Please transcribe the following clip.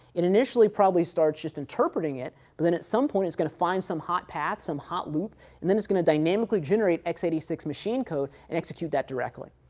it initially probably starts just interpreting it, but then at some point it's going to find some hot path, some hot loop and then it's going to dynamically generate x eight six machine code and execute that directly,